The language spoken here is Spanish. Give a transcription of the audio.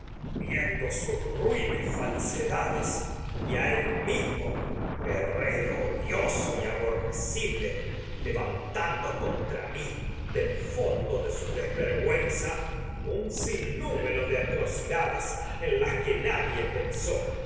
viendo rui nes falsedades y a él mismo contra guerrero odioso y aborre desver cible levantando un mí del fondo de su güenza pensó coro sinnúmero de atrocidades en las que nadie